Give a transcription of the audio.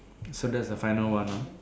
so that's the final one ah